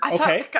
Okay